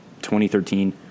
2013